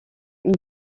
une